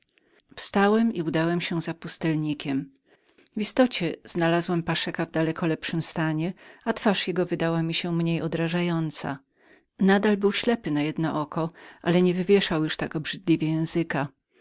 wstałem i udałem się za pustelnikiempustelnikiem w istocie znalazłem paszeka w daleko lepszym stanie i z twarzą nawet mniej odrażającą zawsze był ślepym na jedno oko ale nie wywieszał już tak obrzydliwie języka